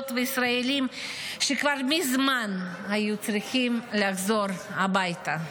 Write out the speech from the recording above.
וישראלים שכבר מזמן היו צריכים לחזור הביתה.